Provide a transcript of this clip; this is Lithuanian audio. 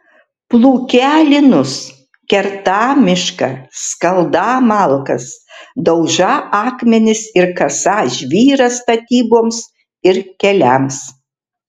plūkią linus kertą mišką skaldą malkas daužą akmenis ir kasą žvyrą statyboms ir keliams